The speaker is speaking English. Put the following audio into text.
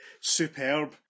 Superb